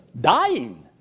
dying